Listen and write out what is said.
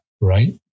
right